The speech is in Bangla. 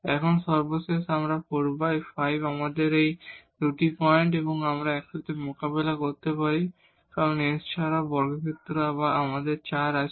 এখন সর্বশেষ এখানে 45 আমাদের ± 10 এই দুটি পয়েন্ট আবার আমরা একসাথে মোকাবেলা করতে পারি কারণ x এছাড়াও বর্গক্ষেত্র বা আমাদের 4 আছে